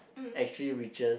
actually reaches